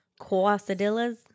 Coasadillas